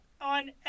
on